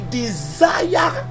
desire